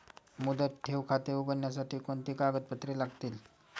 मुदत ठेव खाते उघडण्यासाठी कोणती कागदपत्रे लागतील?